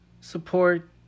support